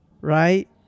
right